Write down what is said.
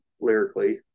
lyrically